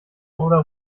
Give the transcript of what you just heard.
oder